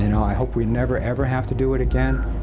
you know i hope we never, ever have to do it again,